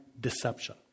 deception